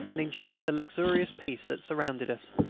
and enjoying the luxurious peace that surrounded us.